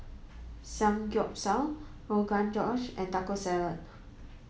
Samgyeopsal Rogan Josh and Taco Salad